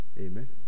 amen